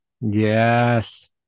Yes